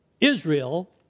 Israel